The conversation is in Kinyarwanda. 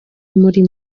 muri